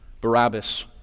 Barabbas